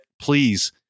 please